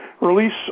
release